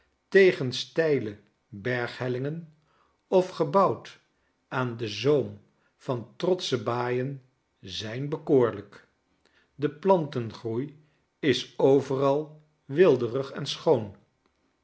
tegen steile berghellingen of gebouwd aan den zoom van trotsche haaien zijn bekoorlijk de plantengroei is overal weelderig en schoon